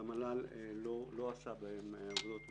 והמל"ל לא עשה בהם עבודות מטה.